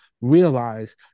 realize